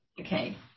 Okay